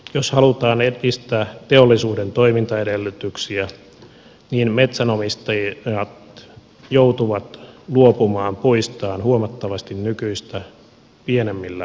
jos halutaan edistää teollisuuden toimintaedellytyksiä niin metsänomistajat joutuvat luopumaan puistaan huomattavasti nykyistä pienemmillä hinnoilla